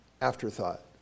afterthought